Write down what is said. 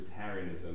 authoritarianism